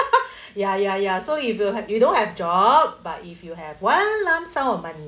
ya ya ya so you don't have you don't have job but if you have one lump sum of money